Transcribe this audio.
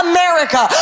America